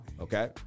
okay